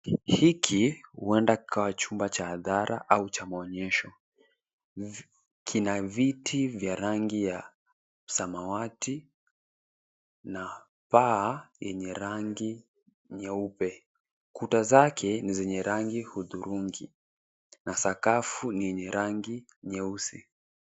Hiki huenda kikawa chumba cha hadhara au cha maonyesho. Kina viti vya rangi ya samawati na paa yenye rangi nyeupe. Kuta zake ni zenye rangi hudhurungi na sakafu ni yenye rangi nyeusi.